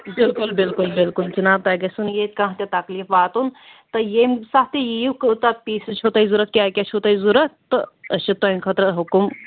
بلکُل بلکُل بلکُل جِناب تۄہہِ گژھِوٕ نہٕ ییٚتہِ کانٛہہ تہِ تکلیٖف واتُن تہٕ ییٚمہِ ساتہٕ تۄہہِ یِیِو کوٗتاہ پیٖسِز چھِو تۄہہِ ضوٚرَتھ کیٛاہ کیٛاہ چھُو تۄہہِ ضوٚرَتھ تہٕ أسۍ چھِ تُہنٛدِ خٲطرٕ حُکُم